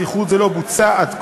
אך איחוד זה לא בוצע עד כה,